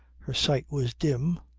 her sight was dim.